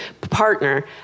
partner